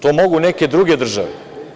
To mogu neke druge države.